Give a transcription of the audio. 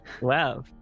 Wow